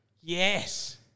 Yes